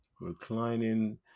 Reclining